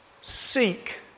Seek